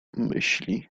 myśli